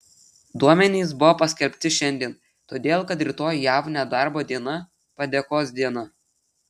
duomenys buvo paskelbti šiandien todėl kad rytoj jav nedarbo diena padėkos diena